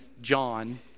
John